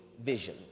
vision